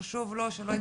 שחשוב לו, שעוד לא התבטא?